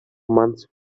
months